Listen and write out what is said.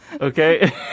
Okay